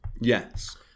Yes